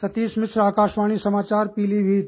सतीश मिश्र आकाशवाणी समाचार पीलीमीत